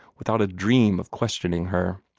without a dream of questioning her.